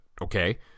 okay